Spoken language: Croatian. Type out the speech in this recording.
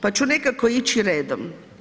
Pa ću nekako ići redom.